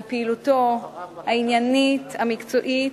על פעילותו העניינית, המקצועית,